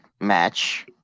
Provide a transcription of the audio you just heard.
match